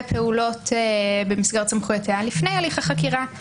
פעולות במסגרת סמכויותיה לפני הליך החקירה,